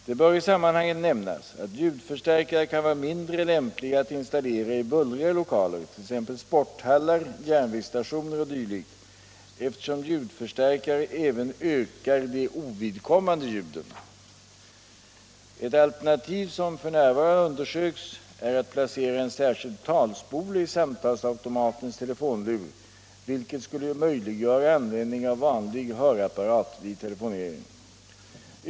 Det bör i sammanhanget nämnas att ljudförstärkare kan vara mindre lämpliga att installera i bullriga lokaler, t.ex. sporthallar, järnvägsstationer o. d. eftersom ljudförstärkare även ökar de ovidkommande ljuden. Ett alternativ som f.n. undersöks är att placera en särskild talspole i samtalsautomatens telefonlur, vilket skulle möjliggöra användning av vanlig hörapparat vid telefonering.